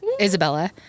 Isabella